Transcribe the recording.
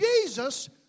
Jesus